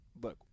look